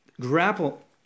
grapple